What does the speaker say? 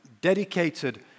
dedicated